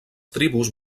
tribus